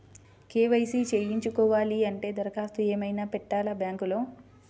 KYC చేయించుకోవాలి అంటే దరఖాస్తు ఏమయినా పెట్టాలా బ్యాంకులో?